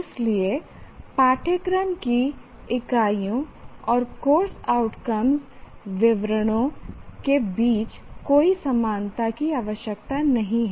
इसलिए पाठ्यक्रम की इकाइयों और कोर्स आउटकम्स विवरणों के बीच कोई समानता की आवश्यकता नहीं है